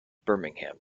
birmingham